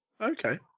Okay